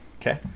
Okay